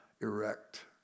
erect